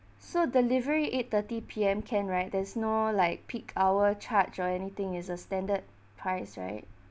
so delivery eight thirty P_M can right there's no like peak hour charge or anything is a standard price right